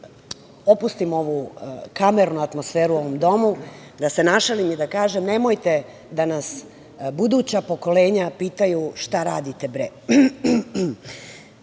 malo opustim ovu kamernu atmosferu u ovom domu, da se našalim i da kažem – nemojte da nas buduća pokolenja pitaju šta radite, bre.